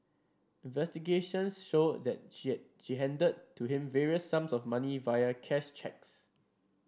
investigations showed that she she handed to him various sums of money via cash cheques